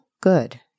good